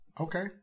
okay